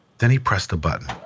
then he pressed the button.